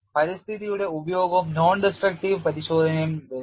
പരിസ്ഥിതിയുടെ ഉപയോഗവും non destructive പരിശോധനയും വരുന്നു